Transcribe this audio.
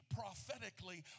prophetically